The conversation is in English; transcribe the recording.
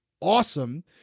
awesome